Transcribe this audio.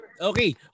Okay